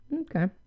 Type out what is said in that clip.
Okay